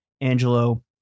Angelo